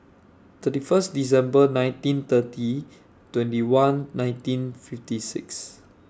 thirty First December nineteen thirty twenty one nineteen fifty six